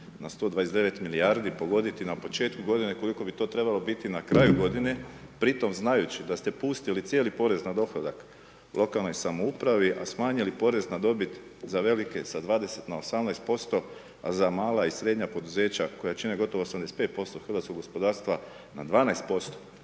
na 129 milijardi pogoditi na početku godine koliko bi to trebalo biti na kraju godine, pritom znajući da ste pustili cijeli porez na dohodak lokalnoj samoupravi, a smanjili porez na dobiti za velike sa 20 na 18%, a za mala i srednja poduzeća koja čine gotovo 85% hrvatskog gospodarstva na 12%